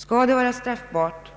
Skall det vara straffbart,